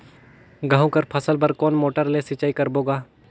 गहूं कर फसल बर कोन मोटर ले सिंचाई करबो गा?